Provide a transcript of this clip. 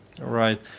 Right